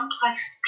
complex